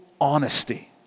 honesty